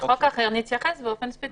בחוק אחר נתייחס באופן ספציפי.